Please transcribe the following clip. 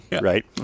right